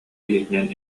илиитинэн